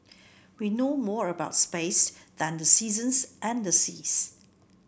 we know more about space than the seasons and seas